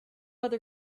other